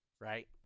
right